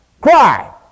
cry